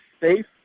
safe